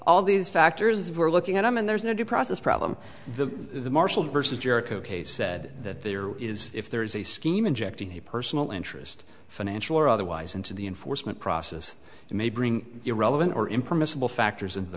all these factors were looking at them and there's no due process problem the marshall vs jericho case said that there is if there is a scheme injecting a personal interest financial or otherwise into the enforcement process it may bring irrelevant or impermissible factors into the